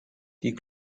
die